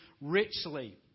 richly